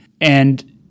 And-